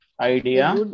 Idea